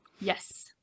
Yes